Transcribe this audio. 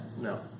No